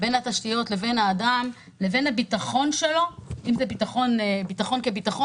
בין התשתיות לבין האדם לבין הביטחון שלו אם זה ביטחון כביטחון,